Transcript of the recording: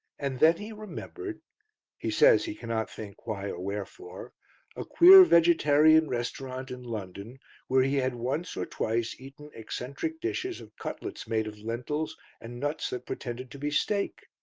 and then he remembered he says he cannot think why or wherefore a queer vegetarian restaurant in london where he had once or twice eaten eccentric dishes of cutlets made of lentils and nuts that pretended to be steak.